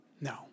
No